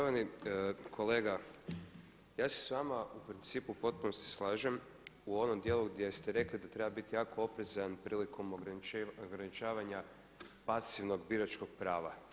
Štovani kolega, ja se s vama u principu u potpunosti slažem u onom djelu gdje ste rekli da treba biti jako oprezan prilikom ograničavanja pasivnog biračkog prava.